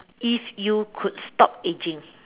if you could stop aging